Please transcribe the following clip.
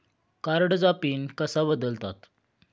कार्डचा पिन कसा बदलतात?